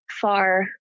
far